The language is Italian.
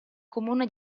comune